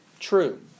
True